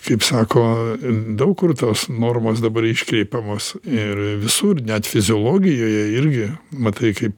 kaip sako daug kur tos normos dabar iškreipiamos ir visur net fiziologijoje irgi matai kaip